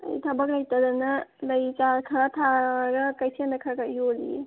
ꯑꯩ ꯊꯕꯛ ꯂꯩꯇꯗꯅ ꯂꯩ ꯆꯥꯔ ꯈꯔ ꯊꯥꯔꯒ ꯀꯩꯊꯦꯜꯗ ꯈꯔ ꯈꯔ ꯌꯣꯜꯂꯤꯌꯦ